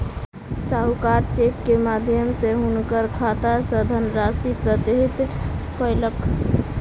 साहूकार चेक के माध्यम सॅ हुनकर खाता सॅ धनराशि प्रत्याहृत कयलक